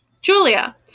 Julia